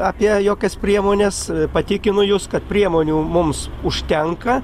apie jokias priemones patikinu jus kad priemonių mums užtenka